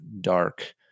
dark